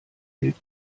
gilt